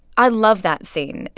i love that scene.